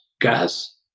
gas